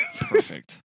Perfect